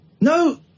No